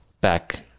back